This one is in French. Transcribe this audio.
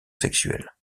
sexuelle